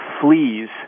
fleas